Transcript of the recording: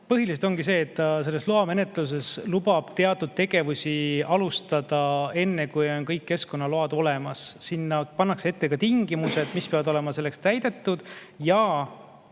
põhiliselt ongi see, et loamenetluses lubatakse teatud tegevusi alustada enne, kui kõik keskkonnaload olemas on. Sinna seatakse ette ka tingimused, mis peavad olema selleks täidetud, ja